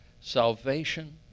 salvation